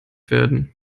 werden